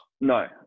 no